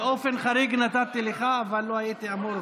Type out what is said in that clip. באופן חריג נתתי לך, אבל לא הייתי אמור